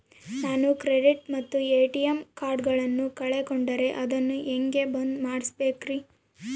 ನಾನು ಕ್ರೆಡಿಟ್ ಮತ್ತ ಎ.ಟಿ.ಎಂ ಕಾರ್ಡಗಳನ್ನು ಕಳಕೊಂಡರೆ ಅದನ್ನು ಹೆಂಗೆ ಬಂದ್ ಮಾಡಿಸಬೇಕ್ರಿ?